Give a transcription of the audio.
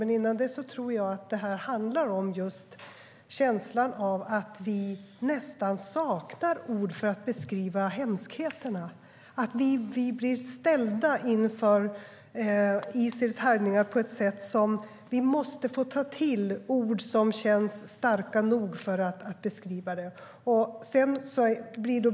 Men först vill jag säga att jag tror att det här handlar om att vi nästan saknar ord för att beskriva hemskheterna. Vi blir så ställda inför Isils härjningar att vi måste få ta till ord som känns starka nog för att beskriva dem.